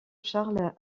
charles